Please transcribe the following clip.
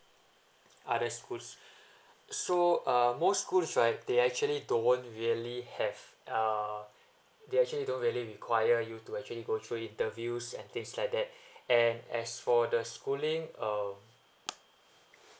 other schools so um most schools right they actually don't really have uh they actually don't really require you to actually go through interviews and things like that and as for the schooling uh